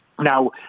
Now